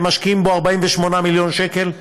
ומשקיעים בו 48 מיליון שקל כפיילוט.